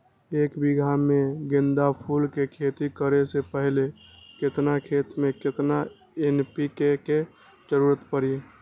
एक बीघा में गेंदा फूल के खेती करे से पहले केतना खेत में केतना एन.पी.के के जरूरत परी?